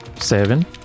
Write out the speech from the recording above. seven